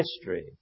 history